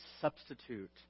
substitute